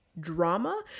drama